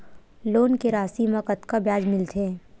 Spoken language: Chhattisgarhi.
लोन के राशि मा कतका ब्याज मिलथे?